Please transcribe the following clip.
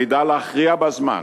הנדע להכריע בזמן?